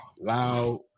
Loud